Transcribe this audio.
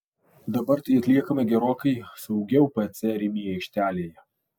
dabar tai atliekama gerokai saugiau pc rimi aikštelėje